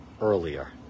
earlier